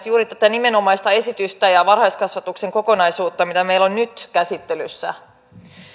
juuri tätä nimenomaista esitystä ja varhaiskasvatuksen kokonaisuutta mikä meillä on nyt käsittelyssä